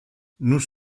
nous